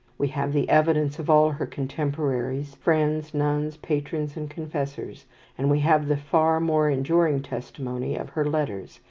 we have the evidence of all her contemporaries friends, nuns, patrons, and confessors and we have the far more enduring testimony of her letters,